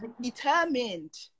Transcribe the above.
determined